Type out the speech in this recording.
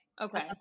Okay